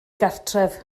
gartref